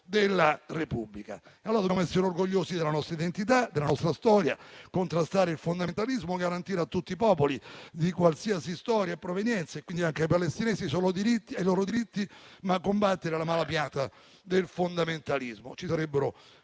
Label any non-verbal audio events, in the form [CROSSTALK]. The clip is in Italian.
della Repubblica. [APPLAUSE] Dobbiamo essere orgogliosi della nostra identità e della nostra storia, contrastare il fondamentalismo e garantire a tutti i popoli, di qualsiasi storia e provenienza (quindi anche ai palestinesi), i loro diritti. Ma dobbiamo anche combattere la mala pianta del fondamentalismo. Ci sarebbero